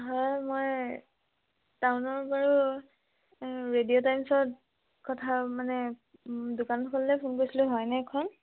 হয় মই টাউনৰ বাৰু ৰেডিঅ' টাইমছত কথা মানে দোকানখনলৈ ফোন কৰিছিলোঁ হয়নে এইখন